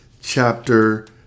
chapter